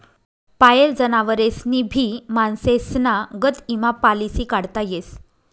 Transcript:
पायेल जनावरेस्नी भी माणसेस्ना गत ईमा पालिसी काढता येस